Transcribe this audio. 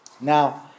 Now